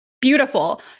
Beautiful